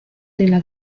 della